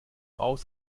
aus